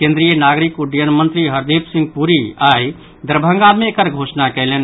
केंद्रीय नागरिक उड्डयन मंत्री हरदीप सिंह पुरी आई दरभंगा मे एकर घोषणा कयलनि